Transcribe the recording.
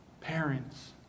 parents